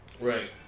Right